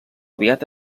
aviat